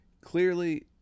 clearly